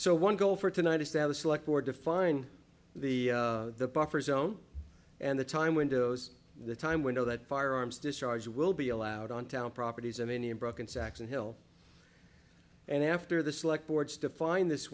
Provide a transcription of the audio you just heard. so one goal for tonight a status like war define the the buffer zone and the time windows the time window that firearms discharge will be allowed on town properties of any unbroken saxon hill and after the select boards to find this